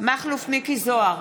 מכלוף מיקי זוהר,